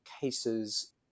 cases